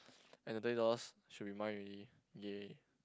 and the twenty dollars should be mine already yay